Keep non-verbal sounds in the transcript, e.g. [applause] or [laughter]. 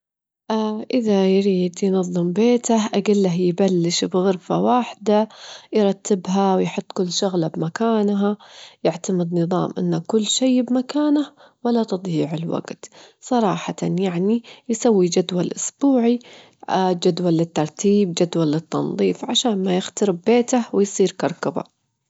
راح أبحث عن كيفية تحسين مستجبل، إني استخدم [unintelligible] من الماضي، أكيد بحاول أساعد المجتمع يطورون بعض أفكاره، يبتكرون تكنولوجيا تزيد لهم الوعي وتزيد من ازدهارهم.